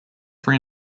free